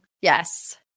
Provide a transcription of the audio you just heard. Yes